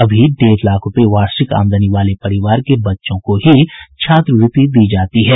अभी डेढ़ लाख रुपए वार्षिक आमदनी वाले परिवार के बच्चों को ही छात्रवृत्ति दी जाती है